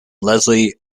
leslie